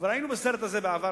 כבר היינו בסרט הזה בעבר,